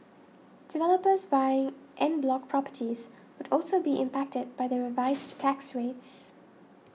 developers buying en bloc properties would also be impacted by the revised tax rates